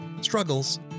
struggles